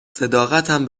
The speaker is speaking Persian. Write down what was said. صداقتم